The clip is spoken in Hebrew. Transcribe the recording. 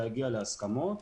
להגיע להסכמות,